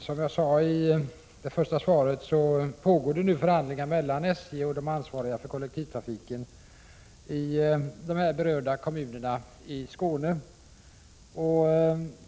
Herr talman! Som jag sade i mitt svar pågår det nu förhandlingar mellan SJ och de ansvariga för kollektivtrafiken i de berörda kommunerna i Skåne.